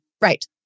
Right